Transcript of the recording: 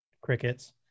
Crickets